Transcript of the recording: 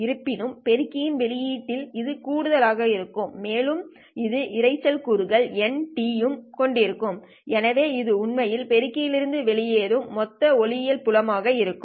இருப்பினும் பெருக்கியின் வெளியீட்டில் இது கூடுதலாக இருக்கும் மேலும் இது இரைச்சல் கூறுகள் N யும் கொண்டிருக்கும் எனவே இது உண்மையில் பெருக்கியில் இருந்து வெளியேறும் மொத்த ஒளியியல் புலம் ஆக இருக்கும்